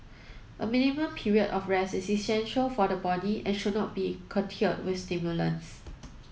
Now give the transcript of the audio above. a minimum period of rest is essential for the body and should not be curtailed with stimulants